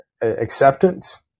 acceptance